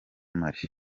marie